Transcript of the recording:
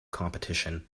competition